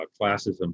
classism